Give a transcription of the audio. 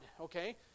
Okay